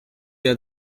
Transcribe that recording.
had